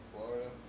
Florida